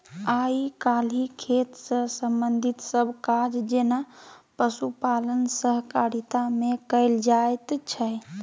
आइ काल्हि खेती सँ संबंधित सब काज जेना पशुपालन सहकारिता मे कएल जाइत छै